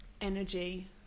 energy